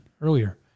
earlier